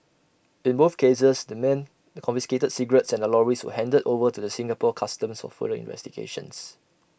in both cases the men the confiscated cigarettes and the lorries were handed over to the Singapore Customs for further investigations